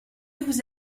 vous